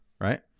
Right